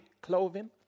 clothing